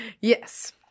Yes